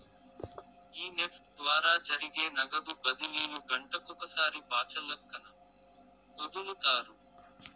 ఈ నెఫ్ట్ ద్వారా జరిగే నగదు బదిలీలు గంటకొకసారి బాచల్లక్కన ఒదులుతారు